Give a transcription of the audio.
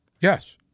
Yes